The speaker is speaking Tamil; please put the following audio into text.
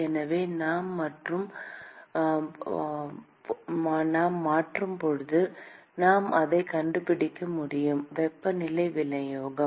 எனவே நாம் மாற்றும் போது நாம் அதை கண்டுபிடிக்க முடியும் வெப்பநிலை விநியோகம்